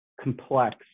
complex